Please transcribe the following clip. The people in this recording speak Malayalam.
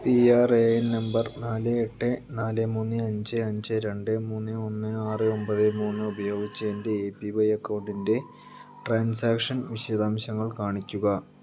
P R A N number നാല് എട്ട് നാല് മൂന്ന് അഞ്ച് അഞ്ച് രണ്ട് മൂന്ന് ഒന്ന് ആറ് ഒമ്പത് മൂന്ന് ഉപയോഗിച്ച് എൻ്റെ എ പി വൈ അക്കൗണ്ടിൻ്റെ ട്രാൻസാക്ഷൻ വിശദാംശങ്ങൾ കാണിക്കുക